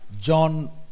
John